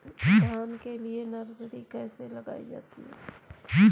धान के लिए नर्सरी कैसे लगाई जाती है?